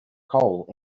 cole